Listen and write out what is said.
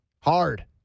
Hard